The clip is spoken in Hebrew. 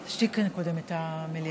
תשתיק כאן קודם את המליאה.